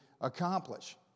accomplish